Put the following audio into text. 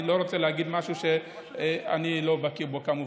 אני לא רוצה להגיד משהו שאני לא בקי בו, כמובן.